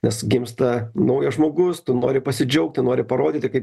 nes gimsta naujas žmogus tu nori pasidžiaugti nori parodyti kaip